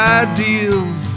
ideals